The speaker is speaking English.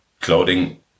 clothing